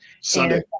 Sunday